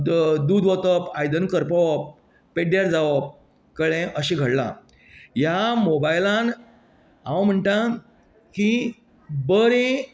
the दूद ओतप आयदनां करपवप पेड्ड्यार जावप कळ्ळें अशें घडलां ह्या मोबायलान हांव म्हणटा की बरें